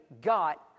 got